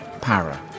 Para